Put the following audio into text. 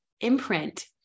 imprint